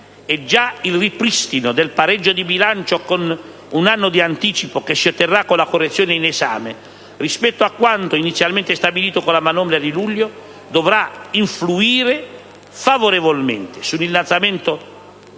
e già il ripristino del pareggio di bilancio con un anno di anticipo che si otterrà con la correzione in esame, rispetto a quanto inizialmente stabilito con la manovra di luglio, dovrà influire favorevolmente sull'innalzamento del